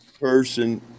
person